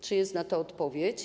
Czy jest na to odpowiedź?